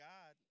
God